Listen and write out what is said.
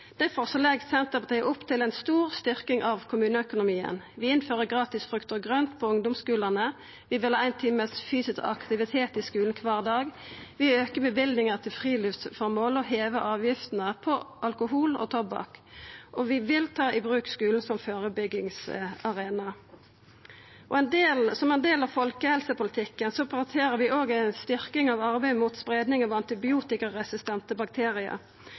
legg Senterpartiet opp til ei stor styrking av kommuneøkonomien. Vi innfører gratis frukt og grønt på ungdomsskulane, vi vil ha ein time fysisk aktivitet i skulen kvar dag, vi aukar løyvingane til friluftsføremål, vi hevar avgiftene på alkohol og tobakk, og vi vil ta i bruk skulen som førebyggingsarena. Som ein del av folkehelsepolitikken prioriterer vi òg ei styrking av arbeidet mot spreiing av antibiotikaresistente